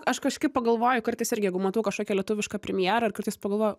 aš kažkaip pagalvoju kartais irgi jeigu matau kažkokią lietuvišką premjerą ir kartais pagalvoju